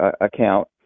account